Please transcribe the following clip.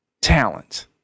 talent